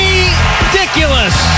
Ridiculous